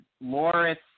Loris